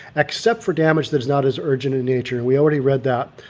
except for damage that is not as urgent in nature and we already read that.